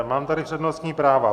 Mám tady přednostní práva.